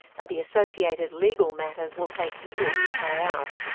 and the associated legal matters will take years to play out.